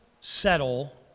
settle